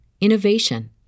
innovation